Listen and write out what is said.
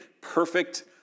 perfect